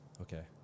Okay